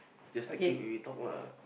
just take it we we talk lah